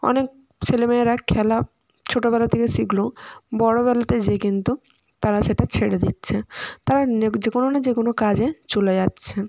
অনেক ছেলে মেয়েরা খেলা ছোটোবেলা থেকে শিখলো বড়োবেলাতে গিয়ে কিন্তু তারা সেটা ছেড়ে দিচ্ছে তারা নে যে কোনো না যে কোনো কাজে চলে যাচ্ছে